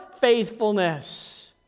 faithfulness